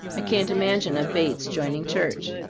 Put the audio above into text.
i can't imagine a bates joining church.